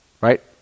Right